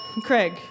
Craig